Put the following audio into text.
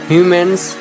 Humans